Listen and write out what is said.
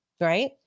right